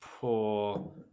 poor